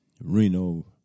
Reno